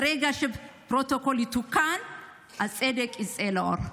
שברגע שהפרוטוקול יתוקן הצדק יצא לאור.